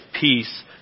peace